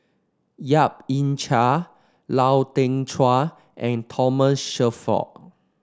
Yap Ee Chian Lau Teng Chuan and Thomas Shelford